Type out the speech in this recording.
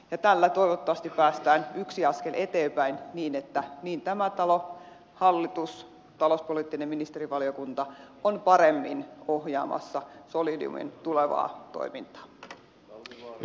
tällä toivottavasti päästään yksi askel eteenpäin niin että niin tämä talo hallitus kuin talouspoliittinen ministerivaliokunta on paremmin ohjaamassa solidiumin tulevaa toimintaa